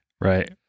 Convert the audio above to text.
Right